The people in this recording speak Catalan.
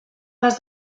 les